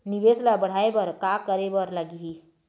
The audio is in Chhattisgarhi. निवेश ला बढ़ाय बर का करे बर लगही?